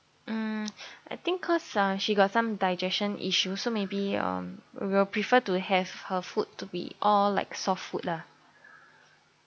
um I think cause uh she got some digestion issues so maybe um we'll prefer to have her food to be all like soft food lah